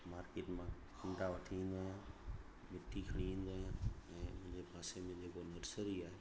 market मां ॿूटा वठी ईंदो आहियां मिट्टी खणी ईंदो आहियां ऐं मुंहिंजे पासे में जेको नर्सरी आहे